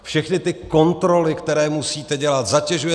Všechny ty kontroly, které musíte dělat, zatěžujete